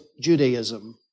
Judaism